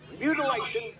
mutilation